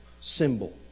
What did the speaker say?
symbol